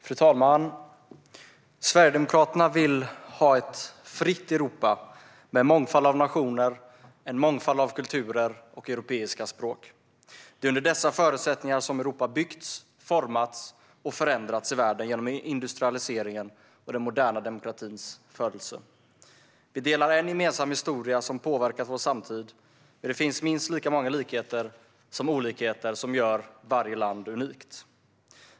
Fru talman! Sverigedemokraterna vill ha ett fritt Europa med en mångfald av nationer, en mångfald av kulturer och europeiska språk. Det är under dessa förutsättningar som Europa byggts, formats och förändrats i världen genom industrialiseringen och den moderna demokratins födelse. Vi delar en gemensam historia som har påverkat vår samtid, men det finns minst lika många likheter som olikheter, vilket gör varje land unikt.